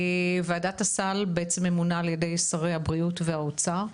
וועדת הסל ממונה על ידי שרי הבריאות ומשרד האוצר,